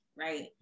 right